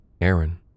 Aaron